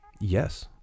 Yes